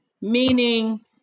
meaning